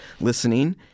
listening